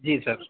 جی سر